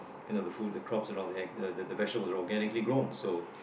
you know the food and crops and all the agr~ the vegetables are organically grown so